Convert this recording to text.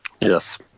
Yes